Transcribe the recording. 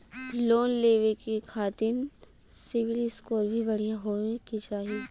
Loan लेवे के खातिन सिविल स्कोर भी बढ़िया होवें के चाही?